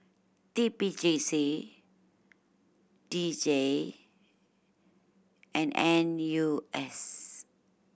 T P J C D J and N U S